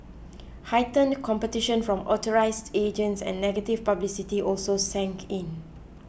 heightened competition from authorised agents and negative publicity also sank in